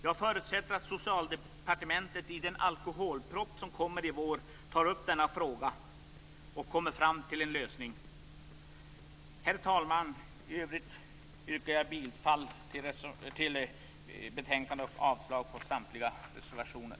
Jag förutsätter att Socialdepartementet tar upp denna fråga och kommer fram till en lösning på den i den alkoholproposition som läggs fram i vår. Herr talman! Jag yrkar bifall till utskottets hemställan och avslag på samtliga reservationer.